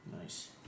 Nice